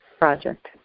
project